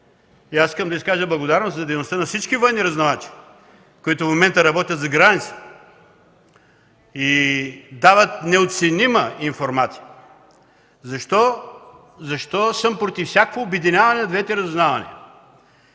Аз искам да изкажа благодарност за дейността на всички военни разузнавачи, които в момента работят зад граница и дават неоценима информация. Защо съм против всякакво обединяване на двете разузнавания?